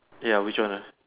ya which one lah